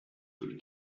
tool